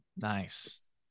Nice